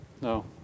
No